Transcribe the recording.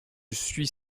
suis